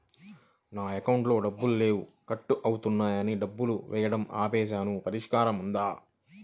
నా అకౌంట్లో డబ్బులు లేవు కట్ అవుతున్నాయని డబ్బులు వేయటం ఆపేసాము పరిష్కారం ఉందా?